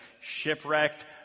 shipwrecked